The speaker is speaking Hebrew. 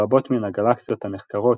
ברבות מן הגלקסיות הנחקרות,